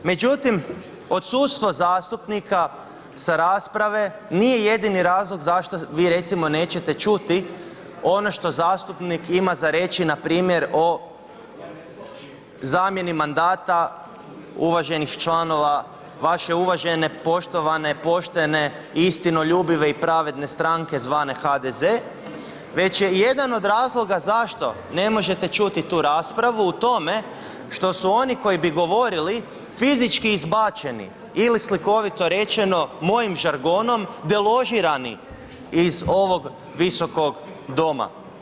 Međutim odsustvo zastupnika sa rasprave nije jedini razlog zašto vi recimo nećete čuti ono što zastupnik ima za reći npr. o zamjeni mandata uvaženih članova vaše uvažene poštovane poštene istinoljubive i pravedne stranke zvane HDZ, već je jedan od razloga zašto ne možete čuti tu raspravu o tome što su oni koji bi govorili, fizički izbačeni ili slikovito rečeno, moji žargonom deložirani iz ovog Visokog doma.